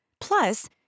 Plus